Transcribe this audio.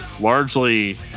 largely